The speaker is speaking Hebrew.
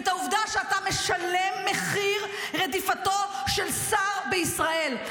ואת העובדה שאתה משלם את מחיר רדיפתו של שר בישראל.